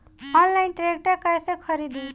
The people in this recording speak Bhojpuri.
आनलाइन ट्रैक्टर कैसे खरदी?